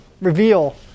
reveal